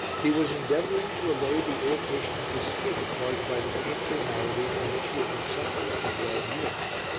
he was endeavouring to allay the irritation of his skin caused by the painful malady from which he had been suffering for twelve years.